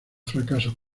fracasos